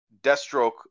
Deathstroke